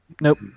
Nope